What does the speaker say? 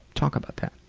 talk about that.